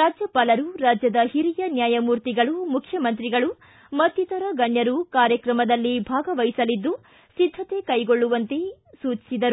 ರಾಜ್ಯಪಾಲರು ರಾಜ್ಯದ ಓರಿಯ ನ್ಯಾಯಮೂರ್ತಿಗಳು ಮುಖ್ಯಮಂತ್ರಿಗಳು ಮತ್ತಿತರ ಗಣ್ಯರು ಕಾರ್ಯಕ್ರಮದಲ್ಲಿ ಭಾಗವಹಿಸಲಿದ್ದು ಸಿದ್ದತೆ ಕ್ಟೆಗೊಳ್ಳುವಂತೆ ಸೂಚಿಸಿದರು